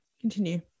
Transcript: Continue